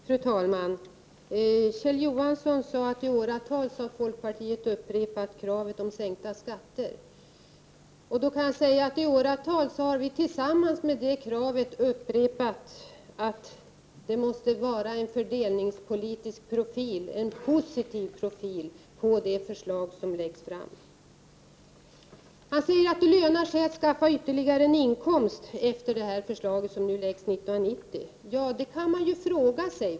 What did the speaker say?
Fru talman! Kjell Johansson sade att folkpartiet i åratal har upprepat kravet på sänkta skatter. Jag kan säga att vi i åratal samtidigt med det kravet har upprepat att det måste vara en positiv fördelningspolitisk profil på de förslag som läggs fram. Kjell Johansson säger att det lönar sig att skaffa sig ytterligare en inkomst efter genomförandet av det förslag som nu framlagts för 1990. Ja, det kan man fråga sig.